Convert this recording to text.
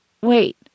Wait